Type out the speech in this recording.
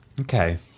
Okay